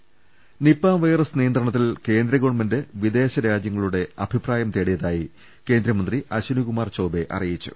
ദർശ്ശേദ്ദർ Nipah virus നിയന്ത്രണത്തിൽ കേന്ദ്രഗവൺമെന്റ് വിദേശ രാജ്യങ്ങ ളുടെ അഭിപ്രായം തേടിയതായി കേന്ദ്രമന്ത്രി അശ്വനികുമാർ ചൌബേ അറി യിച്ചു